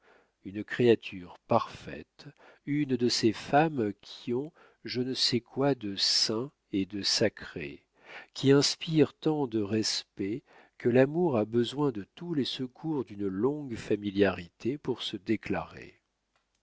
une créature parfaite une de ces femmes qui ont je ne sais quoi de saint et de sacré qui inspirent tant de respect que l'amour a besoin de tous les secours d'une longue familiarité pour se déclarer